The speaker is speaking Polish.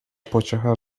pociecha